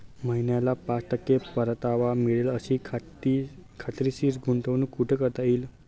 महिन्याला पाच टक्के परतावा मिळेल अशी खात्रीशीर गुंतवणूक कुठे करता येईल?